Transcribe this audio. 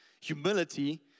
humility